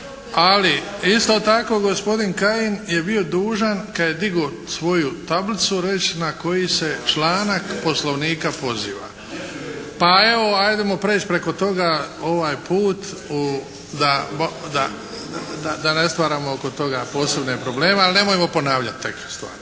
Ali isto tako gospodin Kajin je bio dužan kad je digao svoju tablicu reći na koji se članak Poslovnika poziva. Pa evo ajdemo preći preko toga ovaj put da ne stvaramo oko toga posebne probleme, ali nemojmo ponavljati takve stvari,